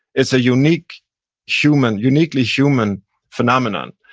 it's a uniquely human uniquely human phenomenon.